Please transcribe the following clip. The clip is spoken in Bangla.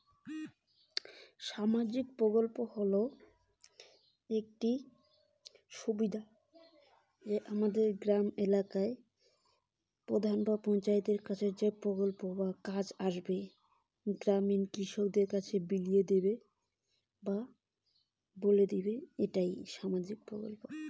সামাজিক প্রকল্প বলতে কি বোঝায়?